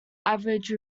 average